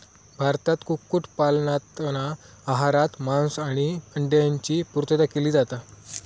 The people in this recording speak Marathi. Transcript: भारतात कुक्कुट पालनातना आहारात मांस आणि अंड्यांची पुर्तता केली जाता